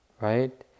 right